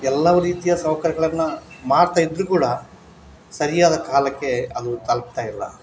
ಎಲ್ಲ ರೀತಿಯ ಸೌಕರ್ಯಗಳನ್ನು ಮಾಡ್ತಾಯಿದ್ರೂ ಕೂಡ ಸರಿಯಾದ ಕಾಲಕ್ಕೆ ಅದು ತಲುಪ್ತಾಯಿಲ್ಲ